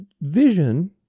vision